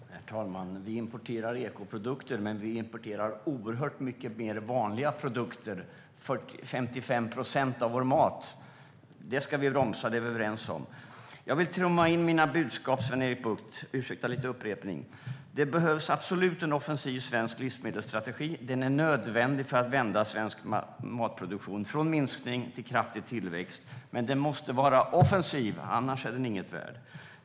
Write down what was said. Herr talman! Vi importerar ekoprodukter, men vi importerar oerhört mycket mer vanliga produkter - 55 procent av vår mat. Det ska vi bromsa; det är vi överens om. Jag vill trumma in mina budskap, Sven-Erik Bucht. Ursäkta lite upprepning! Det behövs absolut en offensiv svensk livsmedelsstrategi. Den är nödvändig för att vända svensk matproduktion från minskning till kraftig tillväxt. Men den måste vara offensiv. Annars är den inget värd.